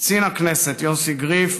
קצין הכנסת יוסי גריף,